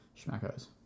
schmackos